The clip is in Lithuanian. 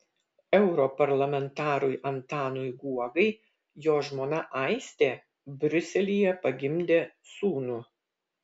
europarlamentarui antanui guogai jo žmona aistė briuselyje pagimdė sūnų